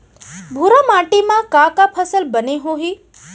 भूरा माटी मा का का फसल बने होही?